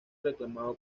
reclamado